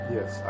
Yes